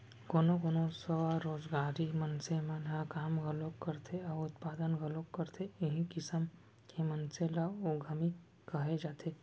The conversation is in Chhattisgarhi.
कोनो कोनो स्वरोजगारी मनसे मन ह काम घलोक करथे अउ उत्पादन घलोक करथे इहीं किसम के मनसे ल उद्यमी कहे जाथे